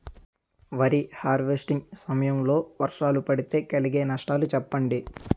వరి హార్వెస్టింగ్ సమయం లో వర్షాలు పడితే కలిగే నష్టాలు చెప్పండి?